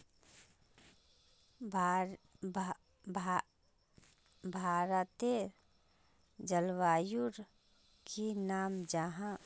भारतेर जलवायुर की नाम जाहा?